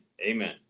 Amen